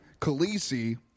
Khaleesi